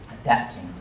adapting